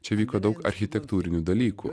čia vyko daug architektūrinių dalykų